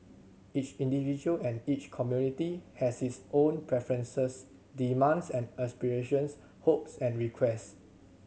each individual and each community has its own preferences demands and aspirations hopes and request